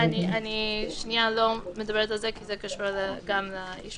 כי לא ניתן לקיים דיונים בבית משפט בנוכחות עצורים